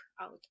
out